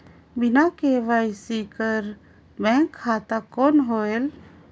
बिना के.वाई.सी कर बैंक खाता कौन होएल?